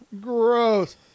Gross